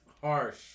harsh